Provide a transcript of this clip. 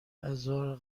ازار